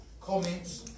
Comments